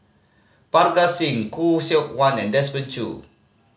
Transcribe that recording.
Parga Singh Khoo Seok Wan and Desmond Choo